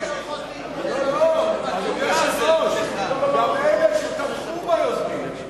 גם אלה שתמכו ביוזמים.